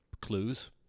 clues